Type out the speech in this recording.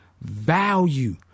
value